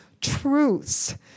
truths